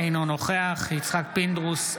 אינו נוכח יצחק פינדרוס,